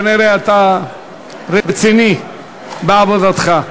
כנראה אתה רציני בעבודתך.